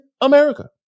America